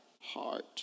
heart